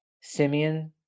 Simeon